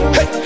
Hey